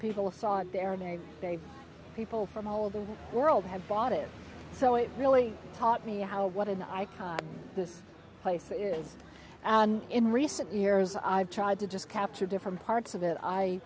many people from all of the world have bought it so it really taught me how what an icon this place is and in recent years i've tried to just capture different parts of it i